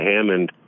Hammond